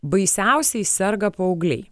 baisiausiai serga paaugliai